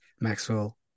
Maxwell